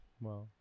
Wow